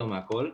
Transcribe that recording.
יותר מהכול.